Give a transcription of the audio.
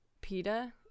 Peta